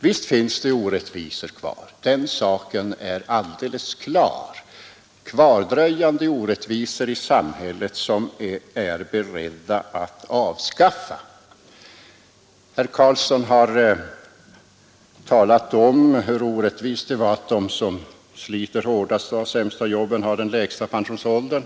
Visst finns det fortfarande kvar orättvisor, den saken är alldeles klar — kvardröjande orättvisor i samhället som vi är beredda att avskaffa. Herr Carlsson har talat om hur orättvist det är att de som sliter hårdast och har de sämsta jobben också har den högsta pensionsåldern.